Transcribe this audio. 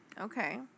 Okay